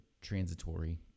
transitory